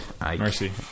Mercy